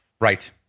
Right